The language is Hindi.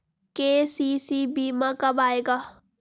के.सी.सी बीमा कब आएगा?